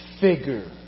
figure